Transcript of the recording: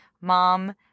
mom